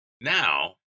Now